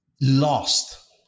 lost